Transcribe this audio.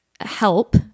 help